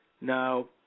Now